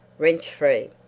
wrenched free.